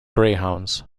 greyhounds